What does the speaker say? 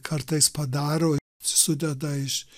kartais padaro sudeda iš